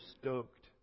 stoked